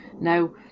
Now